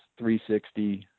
360